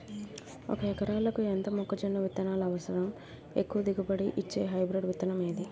ఒక ఎకరాలకు ఎంత మొక్కజొన్న విత్తనాలు అవసరం? ఎక్కువ దిగుబడి ఇచ్చే హైబ్రిడ్ విత్తనం ఏది?